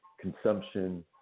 consumption